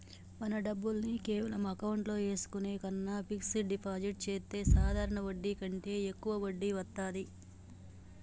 మన డబ్బుల్ని కేవలం అకౌంట్లో ఏసుకునే కన్నా ఫిక్సడ్ డిపాజిట్ చెత్తే సాధారణ వడ్డీ కంటే యెక్కువ వడ్డీ వత్తాది